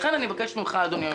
לכן, אני מבקשת מאדוני